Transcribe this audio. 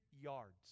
yards